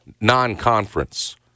non-conference